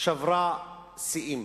שברה שיאים.